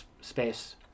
space